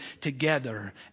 together